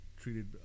treated